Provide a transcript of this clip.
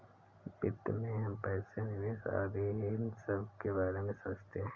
वित्त में हम पैसे, निवेश आदि इन सबके बारे में समझते हैं